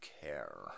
care